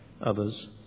others